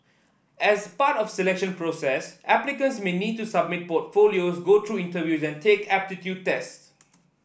as part of the selection process applicants may need to submit portfolios go through interview and take aptitude tests